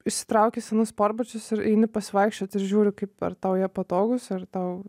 išsitrauki senus sportbačius ir eini pasivaikščiot ir žiūri kaip ar tau jie patogūs ar tau